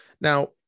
Now